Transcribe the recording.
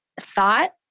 thought